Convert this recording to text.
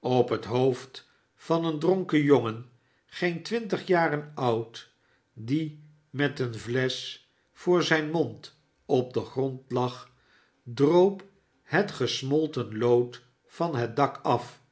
op het hoofd van een dronken jongen geen twintig jaren oud die met een flesch voor zijn mond op den grond lag droop het gesmolten lood van het dak af